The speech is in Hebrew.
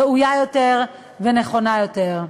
ראויה יותר ונכונה יותר.